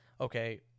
Okay